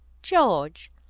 george,